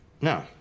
No